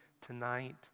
tonight